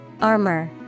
Armor